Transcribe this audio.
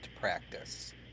practice